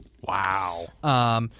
Wow